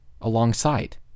alongside